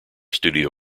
studio